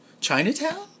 Chinatown